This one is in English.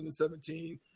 2017